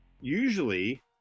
Usually